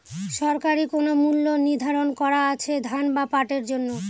সরকারি কোন মূল্য নিধারন করা আছে ধান বা পাটের জন্য?